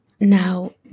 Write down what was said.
Now